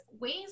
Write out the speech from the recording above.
ways